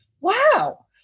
wow